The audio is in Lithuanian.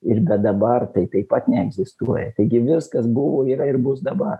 ir bet dabar tai taip pat neegzistuoja taigi viskas buvo yra ir bus dabar